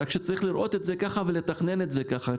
רק שצריך לראות את זה ככה ולתכנן את זה ככה.